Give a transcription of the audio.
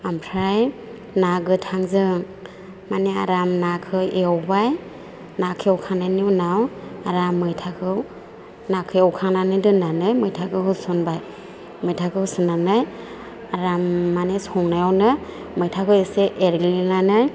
ओमफ्राय ना गोथांजों माने आराम नाखौ एवबाय नाखौ एवखांनायनि उनाव आराम मैथाखौ नाखौ एवखांनानै दोननानै मैथाखौ होसनबाय मैथाखौ होसननानै आराम माने संनायावनो मैथाखौ एसे एरग्लिनानै